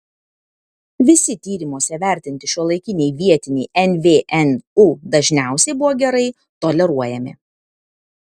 visi tyrimuose vertinti šiuolaikiniai vietiniai nvnu dažniausiai buvo gerai toleruojami